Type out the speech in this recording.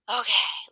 okay